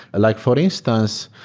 like for instance,